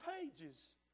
pages